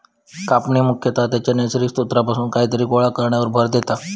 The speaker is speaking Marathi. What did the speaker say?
कापणी मुख्यतः त्याच्या नैसर्गिक स्त्रोतापासून कायतरी गोळा करण्यावर भर देता